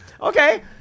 Okay